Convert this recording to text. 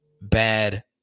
bad